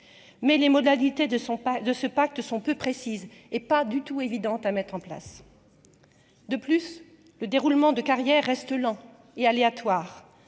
mais les modalités de son pas de ce pacte sont peu précises et pas du tout évident à mettre en place, de plus, le déroulement de carrière reste lent et aléatoire,